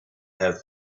have